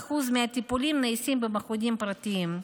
כ-37% מהטיפולים נעשים במכונים פרטיים.